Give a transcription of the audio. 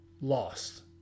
lost